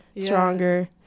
stronger